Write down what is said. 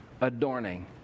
adorning